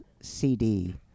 CD